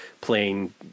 playing